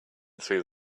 through